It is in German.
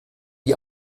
die